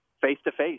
face-to-face